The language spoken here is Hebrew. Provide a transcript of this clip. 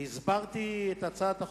והסברתי את הצעת החוק,